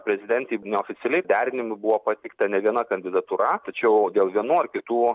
prezidentei neoficialiai derinimui buvo pateikta ne viena kandidatūra tačiau dėl vienų ar kitų